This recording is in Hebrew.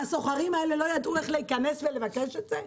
הסוחרים האלה לא ידעו איך להיכנס ולבקש את זה.